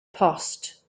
post